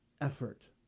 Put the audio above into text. effort